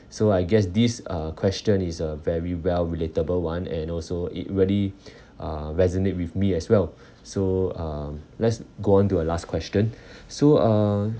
so I guess this uh question is uh very well relatable one and also it really uh resonate with me as well so um let's go on to a last question so uh